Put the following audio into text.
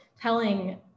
telling